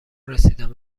رسیدن